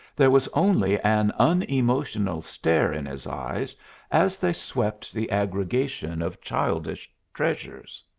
there was only an unemotional stare in his eyes as they swept the aggregation of childish treasures.